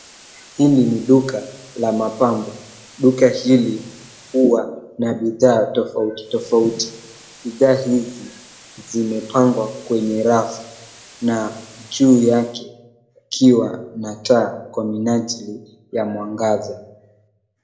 Hili ni duka la mapambo. Duka hili huwa na bidhaa tofauti tofauti. Bidhaa hizi zimepangwa kwenye rafu na juu yake ikiwa na taa kwa minajili ya mwangaza.